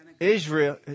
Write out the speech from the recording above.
Israel